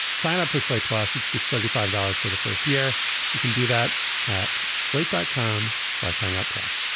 sign up for slate plus it's just thirty five dollars for the first year you can do that at slate dot com slash hangout plus